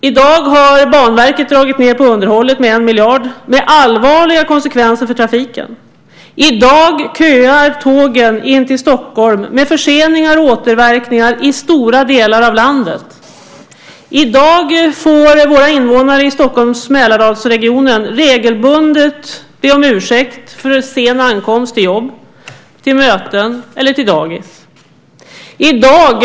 I dag har Banverket dragit ned på underhållet med 1 miljard, med allvarliga konsekvenser för trafiken. I dag köar tågen in till Stockholm, med förseningar och återverkningar i stora delar av landet. I dag får våra invånare i Stockholms och Mälarregionen regelbundet be om ursäkt för sen ankomst till jobb, till möten eller till dagis.